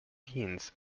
teens